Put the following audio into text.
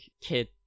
kid